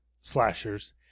slashers